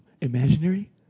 Imaginary